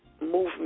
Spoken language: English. movement